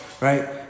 Right